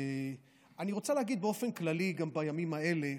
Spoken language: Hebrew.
אני רוצה להגיד באופן כללי שגם בימים האלה,